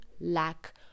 lack